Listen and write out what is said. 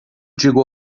digo